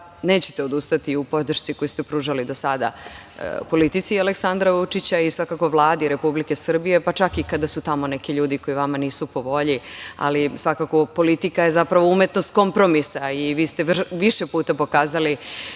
neće odustati u podršci koju ste pružali do sada politici Aleksandra Vučića i svakako Vladi Republike Srbije, pa čak i kada su tamo neki ljudi koji vama nisu po volji. Svakako, politika je zapravo umetnost kompromisa. Vi ste više puta pokazali